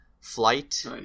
Flight